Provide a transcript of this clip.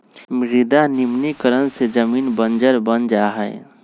मृदा निम्नीकरण से जमीन बंजर बन जा हई